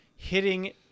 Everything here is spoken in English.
Hitting